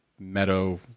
meadow